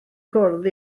cwrdd